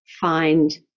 find